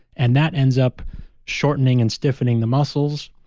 and that ends up shortening and stiffening the muscles,